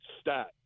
stat